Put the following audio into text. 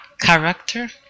character